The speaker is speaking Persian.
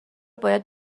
باید